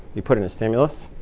you put in a stimulus,